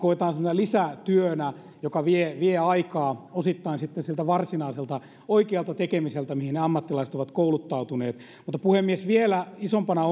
lisätyönä joka vie vie aikaa osittain siltä varsinaiselta oikealta tekemiseltä mihin ne ammattilaiset ovat kouluttautuneet puhemies vielä isompana